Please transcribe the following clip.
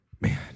Man